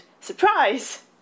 surprise